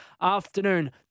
afternoon